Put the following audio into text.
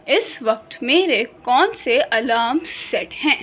اس وقت میرے کون سے الامس سیٹ ہیں